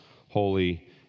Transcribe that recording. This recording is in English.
holy